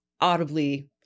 audibly